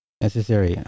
Necessary